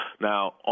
now